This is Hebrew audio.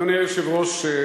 אדוני היושב-ראש,